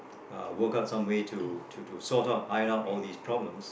uh work out some way to to so sort out iron out all these problems